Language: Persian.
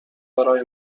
برای